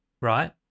Right